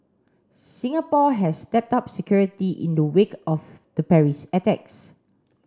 Singapore has stepped up security in the wake of the Paris attacks